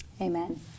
Amen